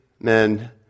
men